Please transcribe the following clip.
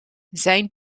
zijn